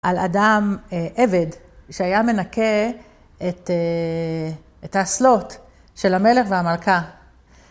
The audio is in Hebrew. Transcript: על אדם עבד שהיה מנקה את את האסלות של המלך והמלכה.